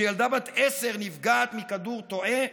שילדה בת עשר נפגעת מכדור תועה?